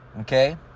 Okay